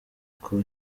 uko